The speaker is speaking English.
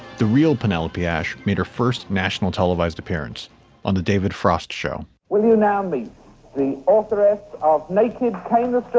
the real penelope ash made her first national televised appearance on the david frost show will you allow me the author of making claims of things?